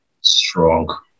strong